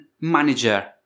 manager